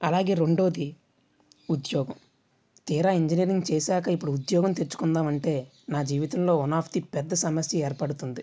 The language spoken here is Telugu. అలాగే రెండోది ఉద్యోగం తీరా ఇంజనీరింగ్ చేశాక ఇప్పుడు ఉద్యోగం తెచ్చుకుందామంటే నా జీవితంలో వన్ ఆఫ్ ది పెద్ద సమస్య ఏర్పడుతుంది